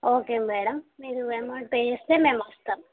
okay madam మీరు amount pay చేస్తే మేము వస్తాం